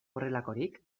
horrelakorik